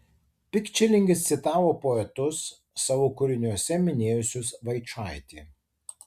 pikčilingis citavo poetus savo kūriniuose minėjusius vaičaitį